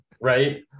right